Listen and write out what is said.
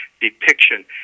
depiction